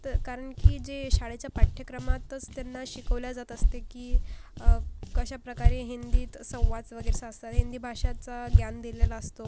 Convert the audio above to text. तर कारण की जे शाळेच्या पाठ्यक्रमातच त्यांना शिकवले जात असते की कशाप्रकारे हिंदीत संवाद वगैरे साधतात हिंदी भाषेचा ज्ञान दिलेला असतो